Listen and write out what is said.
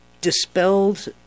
dispelled